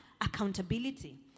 Accountability